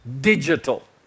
digital